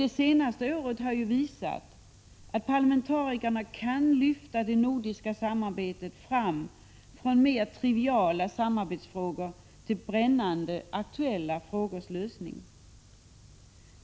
Det senaste året har ju visat att parlamentarikerna kan lyfta det nordiska samarbetet från mer triviala samarbetsfrågor till brännande aktuella frågors lösning.